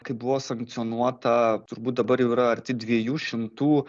kaip buvo sankcionuota turbūt dabar jau yra arti dviejų šimtų